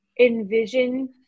envision